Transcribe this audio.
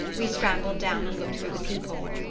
we scrambled down and looked through the peephole.